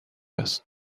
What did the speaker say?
است